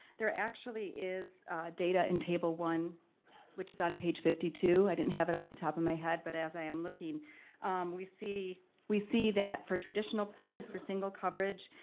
there actually is data in table one which is on page fifty two. i didn't have it off the top of my head but as i'm i'm looking we see we see that for traditional plans for single coverage,